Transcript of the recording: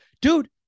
dude